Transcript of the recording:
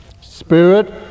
spirit